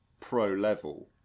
pro-level